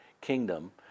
kingdom